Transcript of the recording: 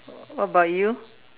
what about you